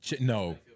no